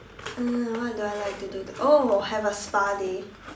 uh what do I like to do oh have a spa day